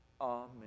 Amen